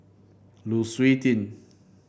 Lu Suitin